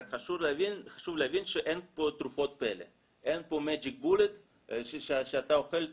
רק חשוב להבין שאין פה תרופות פלא שאתה נוטל את